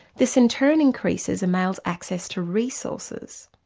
this in turn increases a males access to resources.